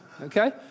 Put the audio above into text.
Okay